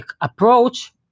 approach